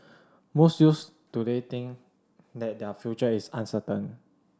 most youths today think that their future is uncertain